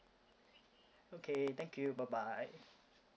okay thank you bye bye